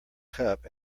cup